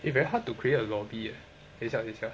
eh very hard to create a lobby eh 等一下等一下